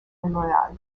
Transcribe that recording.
loyal